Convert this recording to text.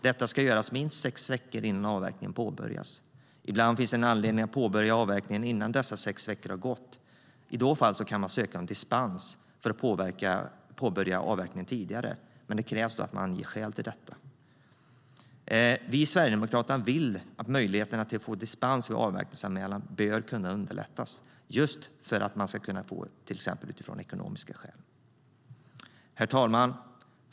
Detta ska göras minst sex veckor innan avverkningen påbörjas. Ibland finns det anledning att påbörja avverkningen innan dessa sex veckor har gått. I dessa fall kan man ansöka om dispens för att få påbörja avverkningen tidigare, men då krävs att man anger skäl för detta. Vi i Sverigedemokraterna vill att möjligheterna att få dispens vid avverkningsanmälan ska kunna underlättas av till exempel ekonomiska skäl. Herr talman!